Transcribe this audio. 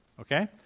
okay